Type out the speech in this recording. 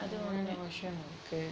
அது ஒன்னு:athu onnu